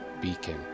beacon